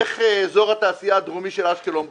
איך אזור התעשייה הדרומי של אשקלון בחוץ?